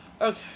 Okay